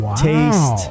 taste